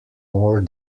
more